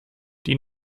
die